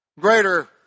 Greater